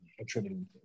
attributing